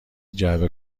جعبه